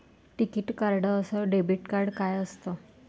टिकीत कार्ड अस debit card काय असत?